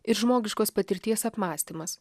ir žmogiškos patirties apmąstymas